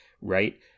right